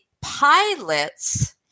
pilots